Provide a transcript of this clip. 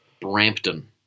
Brampton